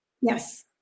Yes